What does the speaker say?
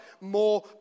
more